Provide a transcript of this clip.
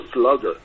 slugger